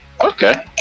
Okay